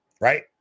Right